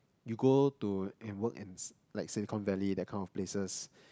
you go to and work in SI~ like Silicon-Valley that kind of places